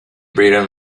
britain